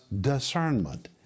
discernment